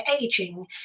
aging